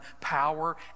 power